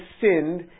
sinned